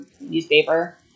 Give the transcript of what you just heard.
newspaper